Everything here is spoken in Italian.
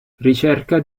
ricerca